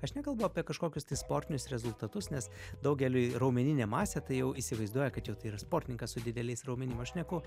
aš nekalbu apie kažkokius tai sportinius rezultatus nes daugeliui raumeninė masė tai jau įsivaizduoja kad jau tai yra sportininkas su dideliais raumenim aš šneku